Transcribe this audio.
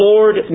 Lord